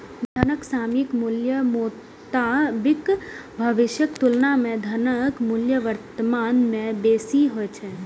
धनक सामयिक मूल्यक मोताबिक भविष्यक तुलना मे धनक मूल्य वर्तमान मे बेसी होइ छै